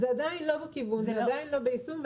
זה עדיין לא בכיוון, זה עדיין לא ביישום.